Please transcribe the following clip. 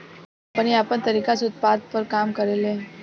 company आपन तरीका से उत्पाद पर काम करेले